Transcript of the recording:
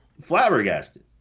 flabbergasted